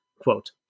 Quote